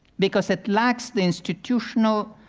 because it lacks the institutional,